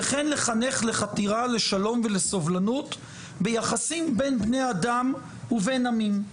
וכן לחנך לחתירה לשלום ולסובלנות ביחסים בין בני אדם ובין עמים,